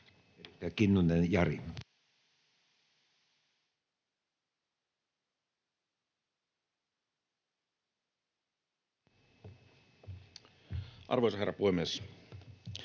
Arvoisa herra puhemies!